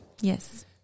Yes